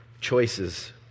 choices